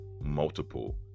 multiple